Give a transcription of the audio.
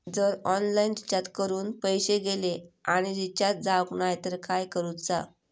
जर online recharge करून पैसे गेले आणि रिचार्ज जावक नाय तर काय करूचा?